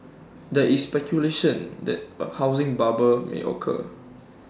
there is speculation that A housing bubble may occur